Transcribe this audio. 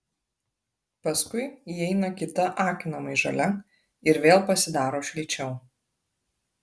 paskui įeina kita akinamai žalia ir vėl pasidaro šilčiau